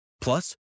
Plus